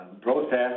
process